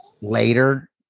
later